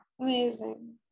amazing